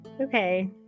Okay